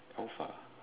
alpha